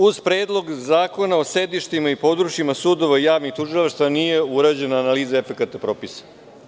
Uz predlog zakona o sedištima i područjima sudova i javnih tužilaštava nije urađena analiza efekata propisa.